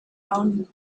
own